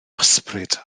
ysbryd